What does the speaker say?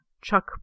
Chuck